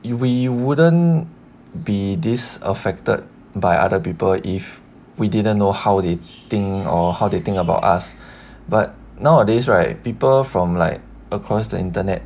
you we wouldn't be this affected by other people if we didn't know how they think or how they think about us but nowadays right people from like across the internet